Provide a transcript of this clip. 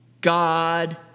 God